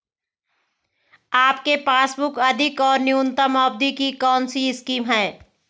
आपके पासबुक अधिक और न्यूनतम अवधि की कौनसी स्कीम है?